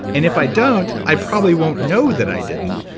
and if i don't, i probably won't know that i didn't,